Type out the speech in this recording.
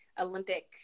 Olympic